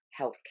healthcare